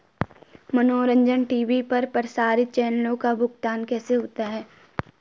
मनोरंजन टी.वी पर प्रसारित चैनलों का भुगतान कैसे होता है?